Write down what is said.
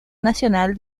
nacional